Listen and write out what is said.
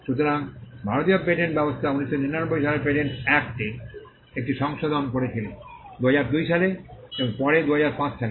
সুতরাং ভারতীয় পেটেন্ট ব্যবস্থা 1999 সালে পেটেন্টস অ্যাক্টে একাধিক সংশোধন করেছিল 2002 সালে এবং পরে 2005 সালে